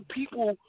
people